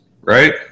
right